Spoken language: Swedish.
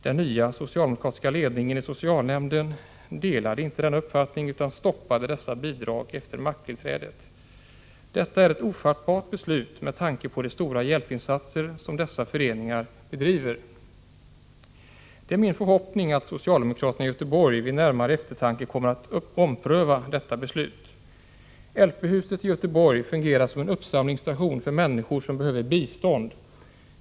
Den nya socialdemokratiska ledningen i socialnämnden delade inte denna uppfattning utan stoppade dessa bidrag efter makttillträdet. Detta är ett ofattbart beslut med tanke på den stora hjälpinsats som dessa föreningar gör. Det är min förhoppning att socialdemokraterna i Göteborg vid närmare eftertanke kommer att ompröva detta beslut. LP-huset i Göteborg fungerar som en uppsamlingsstation för människor som behöver bistånd.